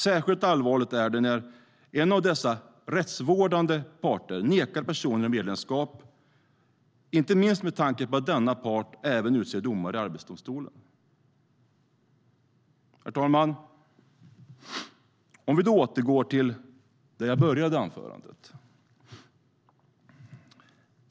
Särskilt allvarligt är det när en av dessa rättsvårdande parter nekar personer medlemskap, inte minst med tanke på att denna part även utser domare i arbetsdomstolen. Herr talman! Jag återkommer till det jag sa i början av mitt anförande.